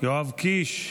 יואב קיש,